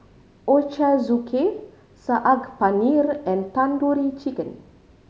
Ochazuke Saag Paneer and Tandoori Chicken